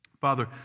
Father